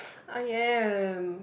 I am